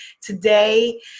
today